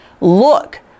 look